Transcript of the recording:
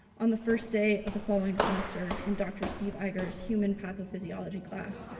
on the first day of the following semester in dr. steve eigers human pathophysiology class,